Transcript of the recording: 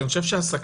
כי אני חושב שהסכנה,